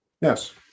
Yes